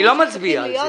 אני לא מצביע על זה.